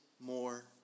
more